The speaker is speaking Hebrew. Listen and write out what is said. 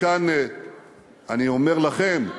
וכאן אני אומר לכם,